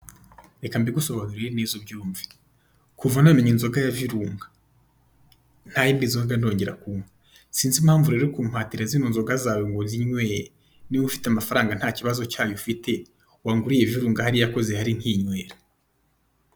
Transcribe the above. Reka mbigusobanurire neza ubyumve! Kuva namenya inzoga ya Virunga nta yindi nzoga ndongera kunywa; sinzi rero impamvu uri kumpatira zino nzoga zawe ngo nzinywe! Niba ufite amafaranga, nta kibazo cyayo ufite, wanguriye Virunga hariya ko zihari nkinywera?